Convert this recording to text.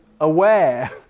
aware